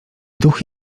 duch